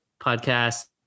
podcast